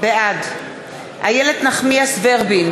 בעד איילת נחמיאס ורבין,